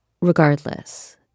Regardless